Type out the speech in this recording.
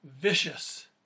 vicious